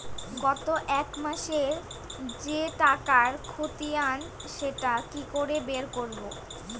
গত এক মাসের যে টাকার খতিয়ান সেটা কি করে বের করব?